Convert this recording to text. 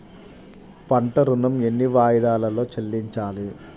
పంట ఋణం ఎన్ని వాయిదాలలో చెల్లించాలి?